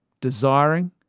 desiring